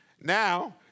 Now